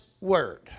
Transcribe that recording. word